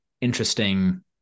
interesting